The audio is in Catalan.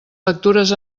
factures